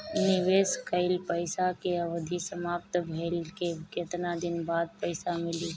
निवेश कइल पइसा के अवधि समाप्त भइले के केतना दिन बाद पइसा मिली?